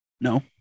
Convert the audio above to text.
No